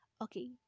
Okay